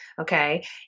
Okay